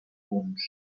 punts